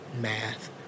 math